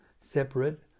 separate